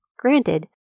Granted